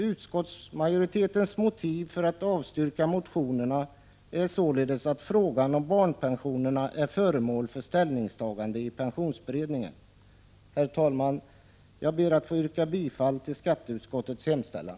Utskottsmajoritetens motiv för att avstyrka motionerna är således att frågan om barnpension är föremål för ställningstagande i pensionsberedningen. Herr talman! Jag ber att få yrka bifall till skatteutskottets hemställan.